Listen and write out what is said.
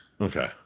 Okay